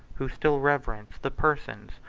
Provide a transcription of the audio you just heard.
who still reverenced the persons,